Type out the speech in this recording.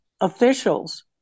officials